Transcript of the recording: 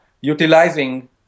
utilizing